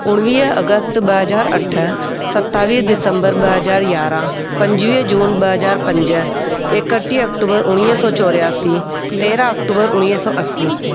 उणिवीह अगस्त ॿ हज़ार अठ सतावीह दिसम्बर ॿ हज़ार यारहं पंजवीह जून ॿ हज़ार पंज एकटीह अक्टूबर उणिवीह सौ चोरासी तेरहं अक्टूबर उणिवीह सौ असी